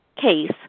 case